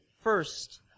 first